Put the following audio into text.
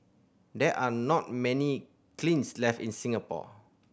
there are not many kilns left in Singapore